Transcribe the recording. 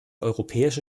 europäische